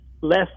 less